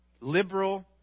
liberal